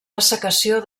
dessecació